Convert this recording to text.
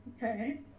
Okay